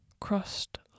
crossed